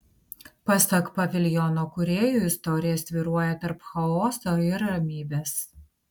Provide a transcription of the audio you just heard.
pasak paviljono kūrėjų istorija svyruoja tarp chaoso ir ramybės